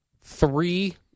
three